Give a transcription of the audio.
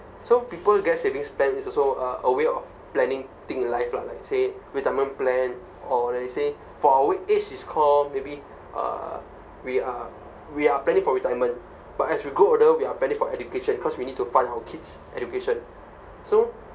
so people get savings plan is also uh a way of planning thing life lah like say retirement plan or let's say for our age is called maybe uh we are we are planning for retirement but as we grow older we are planning for education cause we need to fund our kids education so